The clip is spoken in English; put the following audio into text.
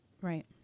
Right